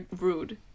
rude